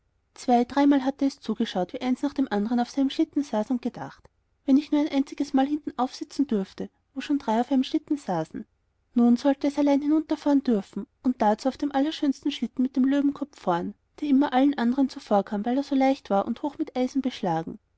zwei dreimal hatte es zugeschaut wie eines nach dem anderen auf seinem schlitten saß und gedacht wenn ich nur ein einziges mal ganz hinten aufsitzen dürfte wo schon drei auf einem schlitten saßen nun sollte es allein hinunterfahren dürfen und dazu auf dem allerschönsten schlitten mit dem löwenkopf vorn der immer allen anderen zuvorkam weil er so leicht war und hoch mit eisen beschlagen